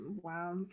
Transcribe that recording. wow